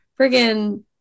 Friggin